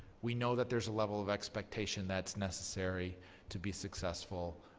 we know that there's a level of expectation that's necessary to be successful